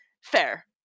fair